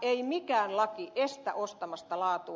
ei mikään laki estä ostamasta laatua